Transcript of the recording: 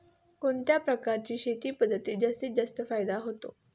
कोणत्या प्रकारच्या शेती पद्धतीत जास्त फायदा होतो?